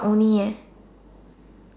only eh